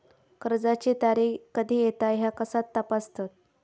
कर्जाची तारीख कधी येता ह्या कसा तपासतत?